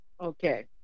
Okay